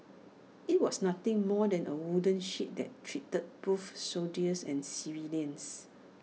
IT was nothing more than A wooden shed that treated both soldiers and civilians